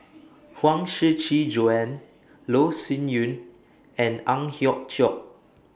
Huang Shiqi Joan Loh Sin Yun and Ang Hiong Chiok